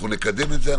נקדם את זה,